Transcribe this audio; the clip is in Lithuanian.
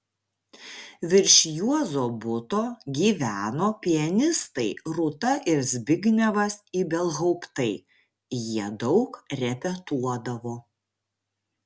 virš juozo buto gyveno pianistai rūta ir zbignevas ibelhauptai jie daug repetuodavo